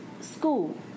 school